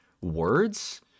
words